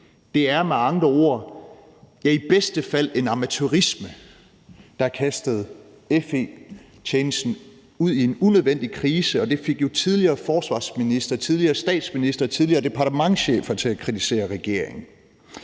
Det er med andre ord i bedste fald en amatørisme, der har kastet FE-tjenesten ud i en unødvendig krise. Det fik tidligere forsvarsministre, tidligere statsministre og tidligere departementschefer til at kritisere regeringen.